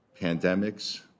pandemics